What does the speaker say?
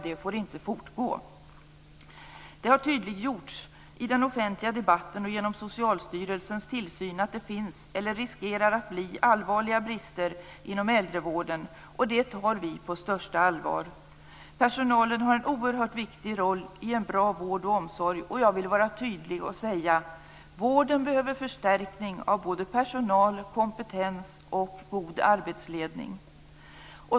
Det får inte fortgå. Det har tydliggjorts i den offentliga debatten och genom Socialstyrelsens tillsyn att det finns eller riskerar att bli allvarliga brister inom äldrevården. Det tar vi på största allvar. Personalen har en oerhört viktigt roll i en bra vård och omsorg. Jag vill vara tydlig och säga: Vården behöver förstärkning av personal, kompetens och en god arbetsledning.